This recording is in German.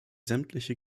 sämtliche